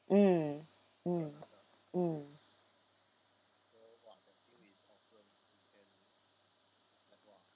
mm mm mm